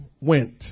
went